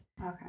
Okay